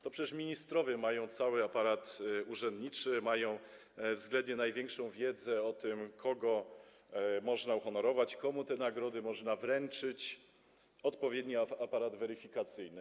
To przecież ministrowie mają cały aparat urzędniczy, mają względnie największą wiedzę o tym, kogo można uhonorować, komu te nagrody można wręczyć, mają odpowiedni aparat weryfikacyjny.